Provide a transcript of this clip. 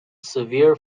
severe